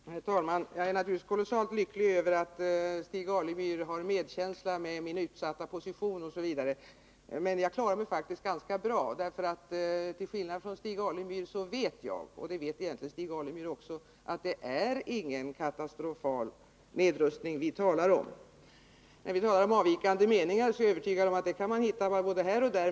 Fru talman! Jag är naturligtvis kolossalt lycklig över att Stig Alemyr har medkänsla med hänsyn till min utsatta position, osv. Men jag klarar mig faktiskt ganska bra. Till skillnad från Stig Alemyr vet jag — och det vet egentligen Stig Alemyr också — att det inte är någon kolossal nedrustning som vi talar om. På tal om avvikande meningar är jag övertygad om att man kan hitta sådana både här och där.